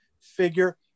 figure